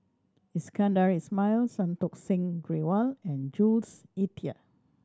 Iskandar Ismail Santokh Singh Grewal and Jules Itier